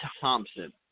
Thompson